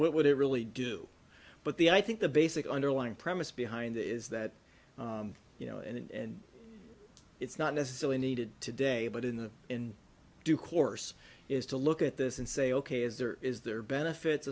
what would it really do but the i think the basic underlying premise behind that is that you know and it's not necessarily needed today but in the in due course is to look at this and say ok is there is there benefits